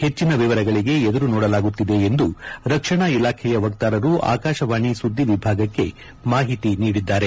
ಹೆಚ್ಚಿನ ವಿವರಗಳಿಗೆ ಎದುರು ನೋಡಲಾಗುತ್ತಿದೆ ಎಂದು ರಕ್ಷಣಾ ಇಲಾಖೆಯ ವಕ್ತಾರರು ಆಕಾಶವಾಣಿ ಸುದ್ದಿ ವಿಭಾಗಕ್ಕೆ ಮಾಹಿತಿ ನೀದಿದ್ದಾರೆ